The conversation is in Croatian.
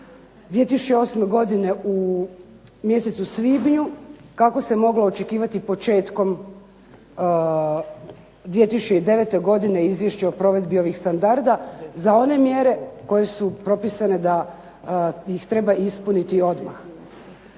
2008. godine u mjesecu svibnju, kako se moglo očekivati početkom 2009. godine izvješće o provedbi ovih standarda, za one mjere koje su propisane da ih treba ispuniti odmah.